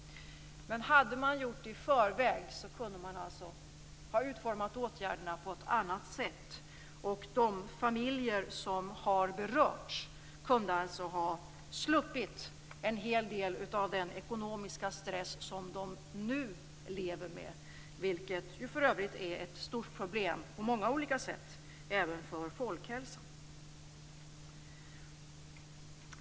Men om man hade analyserat detta i förväg kunde man ha utformat åtgärderna på ett annat sätt, och de familjer som har berörts kunde ha sluppit en hel del av den ekonomiska stress som de nu lever med. Denna stress är för övrigt ett stort problem på många olika sätt, även för folkhälsan.